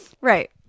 Right